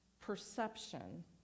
perception